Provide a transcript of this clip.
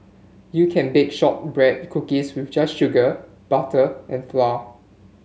you can bake shortbread cookies with just sugar butter and flour